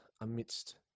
amidst